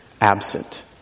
absent